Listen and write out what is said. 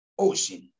Ocean